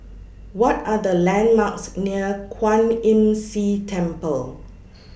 What Are The landmarks near Kwan Imm See Temple